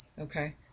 Okay